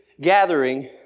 gathering